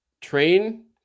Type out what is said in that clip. train